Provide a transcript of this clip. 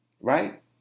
right